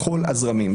בכל הזרמים,